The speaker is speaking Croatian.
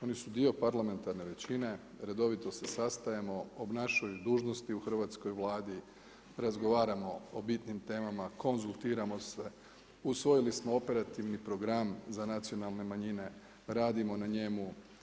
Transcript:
Oni su dio parlamentarne većine redovito se sastajemo, obnašaju dužnost u hrvatskoj Vladi, razgovaramo o bitnim temama, konzultiramo se, usvojili smo operativni program za nacionalne manjine radimo na njemu.